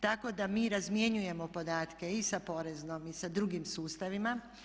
Tako da mi razmjenjujemo podatke i sa poreznom i sa drugim sustavima.